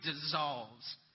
dissolves